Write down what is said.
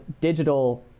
digital